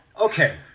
okay